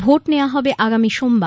vote নেওয়া হবে আগামী সোমবার